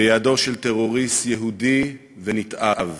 בידו של טרוריסט יהודי ונתעב,